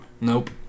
Nope